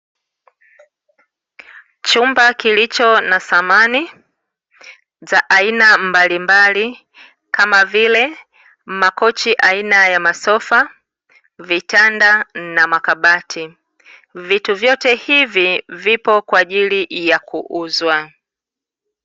Chumba kilicho na samani, za aina mbalimbali, kama vile makochi aina ya masofa, vitanda na makabati. Vitu vyote hivi vipo kwa ajili ya kuuzwa.